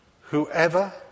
Whoever